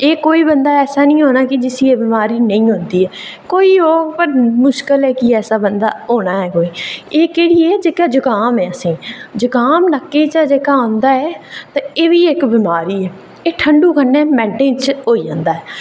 एह् कोई बंदा ऐसा निं होना ऐ जिसी एह् बमारी निं होंदी ऐ कोई होग पर मुश्कल ऐ कि ऐसा बंदा होना ऐ कोई ए् केह्ड़ी जेह्का जुकाम ऐ असें गी जुकाम नक्कै चा जेह्का औंदा ऐ ते एह्बी इक बमारी ऐ एह् ठंडू कन्नै मिन्टें च होई जंदा ऐ